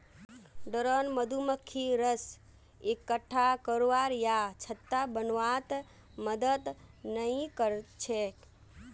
drone मधुमक्खी रस इक्कठा करवा या छत्ता बनव्वात मदद नइ कर छेक